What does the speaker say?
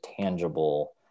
tangible